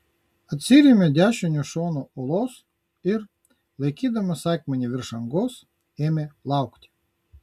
atsirėmė dešiniu šonu uolos ir laikydamas akmenį virš angos ėmė laukti